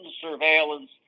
surveillance